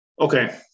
Okay